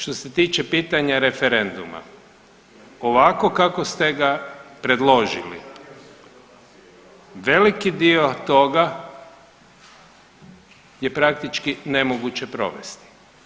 Što se tiče pitanja referenduma, ovako kako ste ga predložili veliki dio toga je praktički nemoguće provesti.